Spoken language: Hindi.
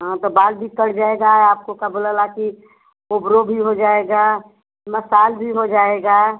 हाँ तो बाल भी कट जाएगा आपको का बोलाला कि ओबरों भी हो जाएगा मसाज भी हो जाएगा